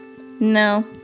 No